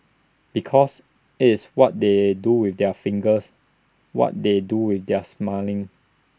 because IT is what they do with their fingers what they do with their smelling